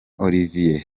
olivier